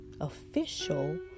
official